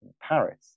Paris